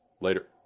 later